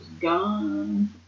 gone